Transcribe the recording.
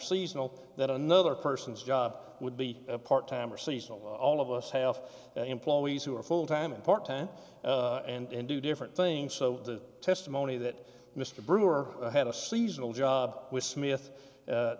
seasonal that another person's job would be a part time or seasonal all of us half the employees who are full time and part time and do different things so the testimony that mr brewer had a seasonal job with smith